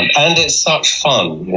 and and it's such fun!